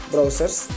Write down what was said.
Browsers